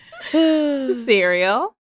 Cereal